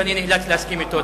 ואני נאלץ להסכים אתו.